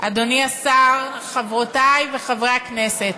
אדוני השר, חברותי וחברי חברי הכנסת,